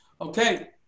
okay